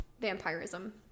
vampirism